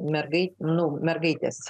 nu mergaitės